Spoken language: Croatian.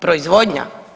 Proizvodnja?